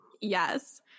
yes